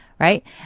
right